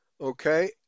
Okay